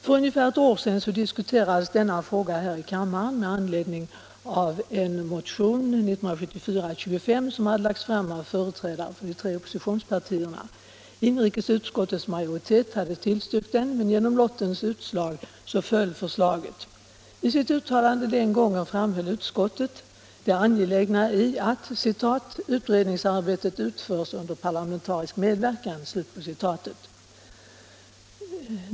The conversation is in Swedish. För ungefär ett år sedan diskuterades denna fråga i kammaren med anledning av en motion, 1974:25, som lagts fram av företrädare för de tre oppositionspartierna. Inrikesutskottets majoritet hade tillstyrkt den men genom lottens utslag föll förslaget. I sitt uttalande den gången framhöll utskottet det angelägna i att ”utredningsarbetet utförs under parlamentarisk medverkan”.